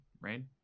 Rain